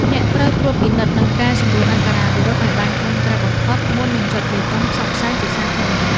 អ្នកត្រូវត្រួតពិនិត្យ និងកែសម្រួលអក្ខរាវិរុទ្ធឱ្យបានត្រឹមត្រូវបំផុត មុននឹងចុចប៊ូតុងផ្សព្វផ្សាយជាសាធារណៈ។